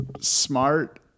smart